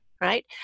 right